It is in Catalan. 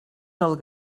del